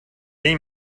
این